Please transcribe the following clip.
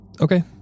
Okay